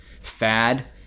fad